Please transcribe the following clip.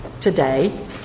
today